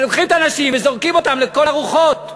אז לוקחים את הנשים וזורקים אותן לכל הרוחות,